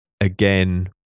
again